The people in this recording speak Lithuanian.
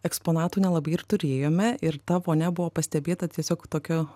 eksponatų nelabai ir turėjome ir ta vonia buvo pastebėta tiesiog tokiu